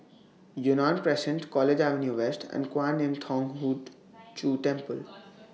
Yunnan Crescent College Avenue West and Kwan Im Thong Hood Cho Temple